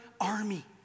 army